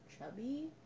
chubby